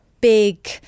big